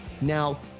Now